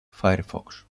firefox